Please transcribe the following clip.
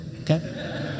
okay